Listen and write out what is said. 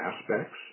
aspects